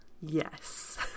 Yes